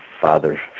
father